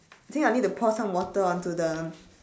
think I need to pour some water onto the